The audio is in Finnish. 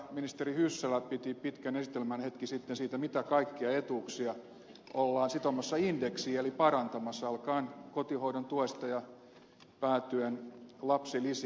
täällä ministeri hyssälä piti pitkän esitelmän hetki sitten siitä mitä kaikkia etuuksia ollaan sitomassa indeksiin eli parantamassa alkaen kotihoidon tuesta ja päätyen lapsilisiin